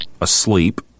asleep